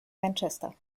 manchester